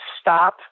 stop